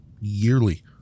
yearly